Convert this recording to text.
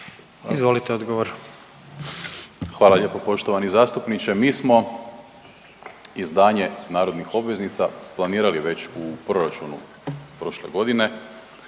Marko** Hvala lijepo poštovani zastupniče. Mi smo izdanje narodnih obveznica planirali već u proračunu prošle godine